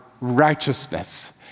righteousness